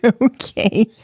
Okay